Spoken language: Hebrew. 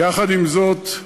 עם זאת,